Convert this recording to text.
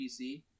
PC